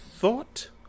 thought